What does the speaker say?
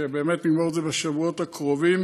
שבאמת נגמור את זה בשבועות הקרובים